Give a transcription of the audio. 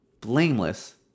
blameless